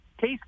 case